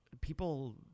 people